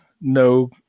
no